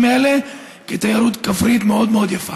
האלה לתיירות כפרית מאוד מאוד יפה.